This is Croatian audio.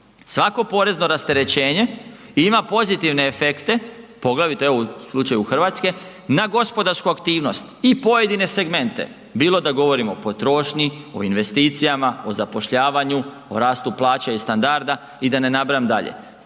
Svako porezno rasterećenje ima pozitivne efekte, poglavito evo u slučaju Hrvatske na gospodarsku aktivnost i pojedine segmente bilo da govorimo o potrošnji, o investicijama, o zapošljavanju, o rastu plaća i standarda i da ne nabrajam dalje.